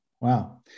Wow